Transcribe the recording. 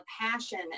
passion